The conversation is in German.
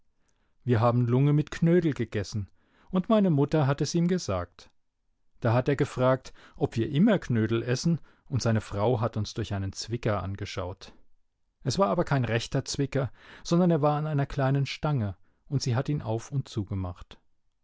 wir haben lunge mit knödel gegessen und meine mutter hat es ihm gesagt da hat er gefragt ob wir immer knödel essen und seine frau hat uns durch einen zwicker angeschaut es war aber kein rechter zwicker sondern er war an einer kleinen stange und sie hat ihn auf und zugemacht